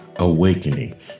awakening